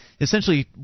essentially